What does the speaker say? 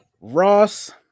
Ross